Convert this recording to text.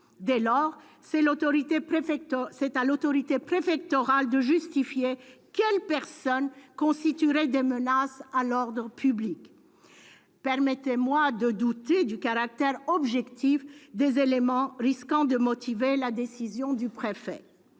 Dès lors, c'est à l'autorité préfectorale de justifier quelles « personnes constitueraient des menaces à l'ordre public ». Permettez-moi de douter du caractère objectif des éléments risquant de motiver la décision du préfet.